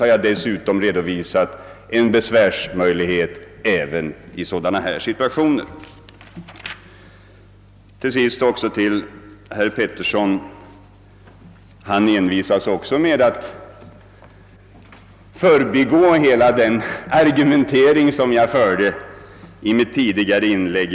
Jag har dessutom redovisat att det finns möjlighet att anföra besvär även i sådana här situationer. Herr Petersson envisades också med att förbigå hela den argumentering jag förde i mitt tidigare inlägg.